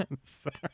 sorry